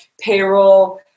payroll